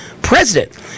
president